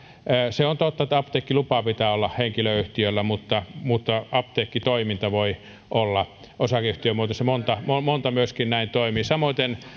se on totta että apteekkilupa pitää olla henkilöyhtiöllä mutta mutta apteekkitoiminta voi olla osakeyhtiömuotoista monet myöskin näin toimivat samoiten